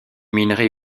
minerai